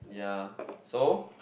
yeah so